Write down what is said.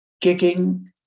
kicking